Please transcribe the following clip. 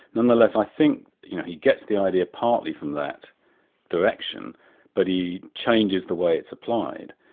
nonetheless i think you know he gets the idea partly from that direction but he changes the way it's applied.